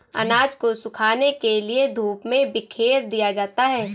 अनाज को सुखाने के लिए धूप में बिखेर दिया जाता है